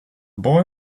boy